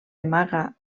amaga